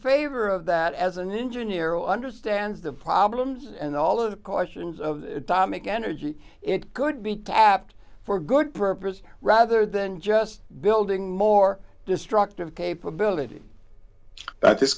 favor of that as an engineer understands the problems and all of the questions of the atomic energy it could be tapped for good purpose rather than just building more destructive capability that